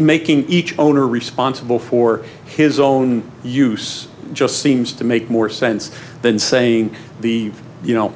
making each owner responsible for his own use just seems to make more sense than saying the you know